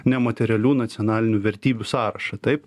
nematerialių nacionalinių vertybių sąrašą taip